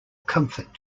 comfort